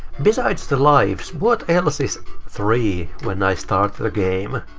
besides the lives, what else is three when i start the the game?